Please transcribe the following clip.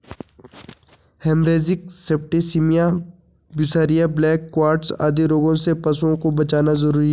haemorrhagic septicaemia, बिसहरिया, black quarters आदि रोगों से पशुओं को बचाना जरूरी है